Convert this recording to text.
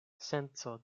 senco